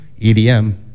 EDM